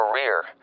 career